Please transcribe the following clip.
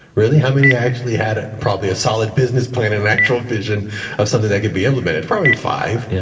really? how many actually had probably a solid business plan and an actual vision of something that could be implemented? probably five. yeah